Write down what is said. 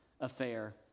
affair